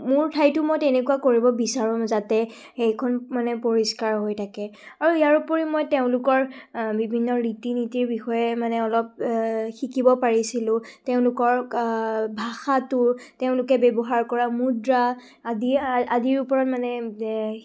মোৰ ঠাইতো মই তেনেকুৱা কৰিব বিচাৰোঁ যাতে সেইখন মানে পৰিষ্কাৰ হৈ থাকে আৰু ইয়াৰ উপৰিও মই তেওঁলোকৰ বিভিন্ন ৰীতি নীতিৰ বিষয়ে মানে অলপ শিকিব পাৰিছিলোঁ তেওঁলোকৰ ভাষাটো তেওঁলোকে ব্যৱহাৰ কৰা মুদ্ৰা আদি আদিৰ ওপৰত মানে